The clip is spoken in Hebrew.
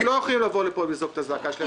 הם לא יכולים לבוא לפה ולזעוק את הזעקה שלהם.